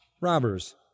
Robbers